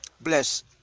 Bless